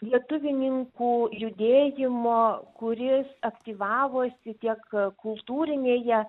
lietuvininkų judėjimo kuris aktyvavosi tiek kultūrinėje